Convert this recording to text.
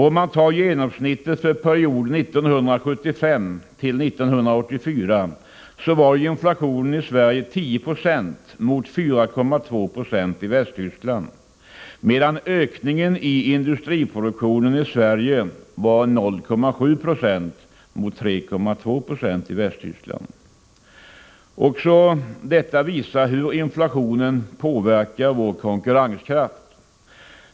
Om man tar genomsnittet för perioden 1975-1984 var inflationen i Sverige 10 90 mot 4,2 ei Västtyskland, medan ökningen i industriproduktionen i Sverige var 0,7 Ze mot 3,2 I i Västtyskland. Också detta visar hur inflationen påverkar vår konkurrenskraft.